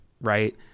right